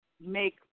make